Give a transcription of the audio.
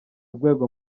rwego